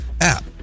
app